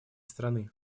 страны